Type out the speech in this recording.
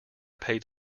paid